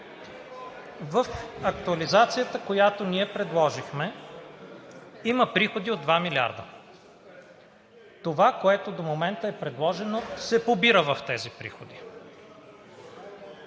в актуализацията, която предложихме, има приходи от 2 милиарда. Това, което до момента е предложено, се побира в тези приходи.